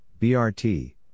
BRT